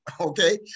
okay